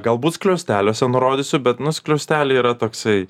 galbūt skliausteliuose nurodysiu bet nu skliausteliai yra toksai